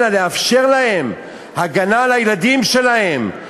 אנא, לאפשר להם הגנה על הילדים שלהם,